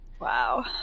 Wow